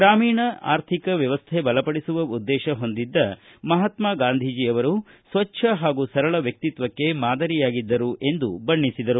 ಗ್ರಾಮೀಣ ಆರ್ಥಿಕ ವ್ಯವಸ್ಥೆ ಬಲಪಡಿಸುವ ಉದ್ದೇಶ ಹೊಂದಿದ್ದ ಮಹಾತ್ಮಾಗಾಂಧೀಜಿ ಸ್ವಜ್ಞ ಹಾಗೂ ಸರಳ ವ್ಯಕ್ತಿತ್ವಕ್ಕೆ ಮಾದರಿಯಾಗಿದ್ದರು ಎಂದು ಬಣ್ಣಿಸಿದರು